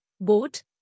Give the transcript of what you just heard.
Boat